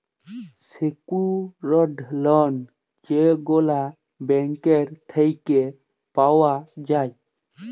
secured লল যেগলা bank থ্যাইকে পাউয়া যায়